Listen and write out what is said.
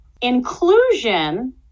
Inclusion